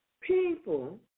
People